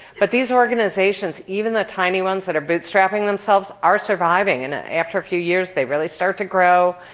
but these organizations even the tiny ones that are bootstrapping themselves are surviving. and after a few years, they really start to grow.